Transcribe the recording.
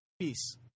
Peace